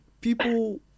people